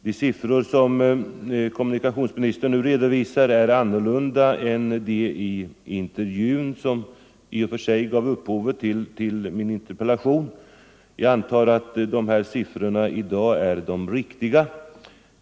De siffror som kommunikationsministern nu redovisar är andra än de han anförde i den intervju som i och för sig gav upphov till min interpellation. Jag antar att de siffror som nämns i dag är de riktiga.